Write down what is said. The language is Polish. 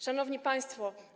Szanowni Państwo!